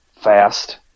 fast